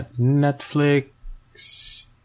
Netflix